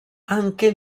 anche